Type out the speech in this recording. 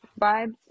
vibes